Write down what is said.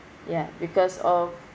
ya because of